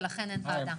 ולכן אין ועדה.